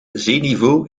zeeniveau